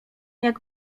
jak